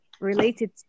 related